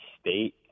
State